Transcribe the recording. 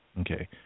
Okay